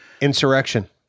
Insurrection